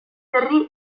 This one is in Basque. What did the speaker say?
herri